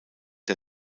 der